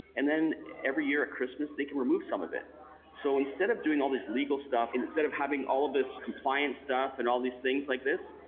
and then every year at christmas they can remove some of it so instead of doing all these legal stuff and instead of having all of this compliant stuff and all these things like this,